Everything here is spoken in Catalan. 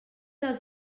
els